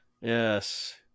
yes